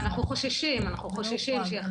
אנחנו חוששים, אנחנו חוששים שלא יוחרגו.